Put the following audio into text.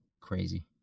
crazy